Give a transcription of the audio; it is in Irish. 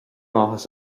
áthas